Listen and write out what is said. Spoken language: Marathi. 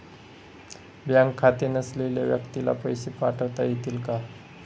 बँक खाते नसलेल्या व्यक्तीला पैसे पाठवता येतील का?